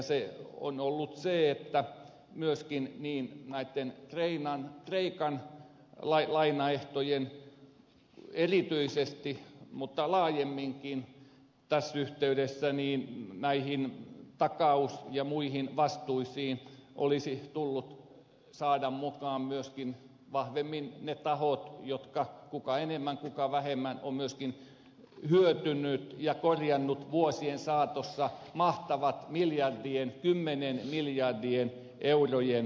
se on ollut se että myöskin kreikan lainaehtoihin erityisesti mutta laajemminkin tässä yhteydessä näihin takaus ja muihin vastuisiin olisi tullut saada mukaan vahvemmin myöskin ne tahot jotka kuka enemmän kuka vähemmän ovat tässä hyötyneet ja korjanneet vuosien saatossa mahtavat miljardien kymmenien miljardien eurojen voitot